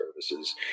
services